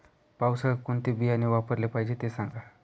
पावसाळ्यात कोणते बियाणे वापरले पाहिजे ते सांगा